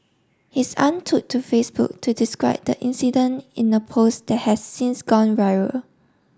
his aunt took to Facebook to describe the incident in a post that has since gone viral